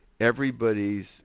everybody's